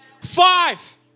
five